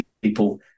people